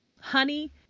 honey